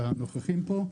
לנוכחים פה.